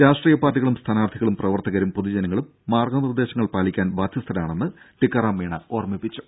രാഷ്ട്രീയ പാർട്ടികളും സ്ഥാനാർത്ഥികളും പ്രവർത്തകരും പൊതുജനങ്ങളും മാർഗനിർദേശങ്ങൾ പാലിക്കാൻ ബാധ്യസ്ഥരാണെന്ന് ടീക്കാറാം മീണ ഓർമിപ്പിച്ചു